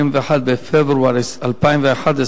21 בפברואר 2011,